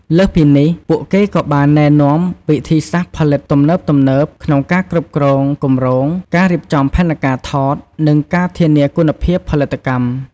លើសពីនេះ ពួកគេក៏បានណែនាំ វិធីសាស្រ្តផលិតទំនើបៗ ក្នុងការគ្រប់គ្រងគម្រោង ការរៀបចំផែនការថត និងការធានាគុណភាពផលិតកម្ម។